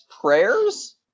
prayers